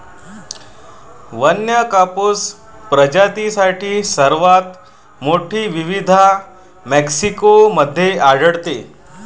वन्य कापूस प्रजातींची सर्वात मोठी विविधता मेक्सिको मध्ये आढळते